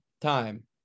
time